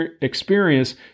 experience